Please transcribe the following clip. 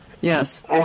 Yes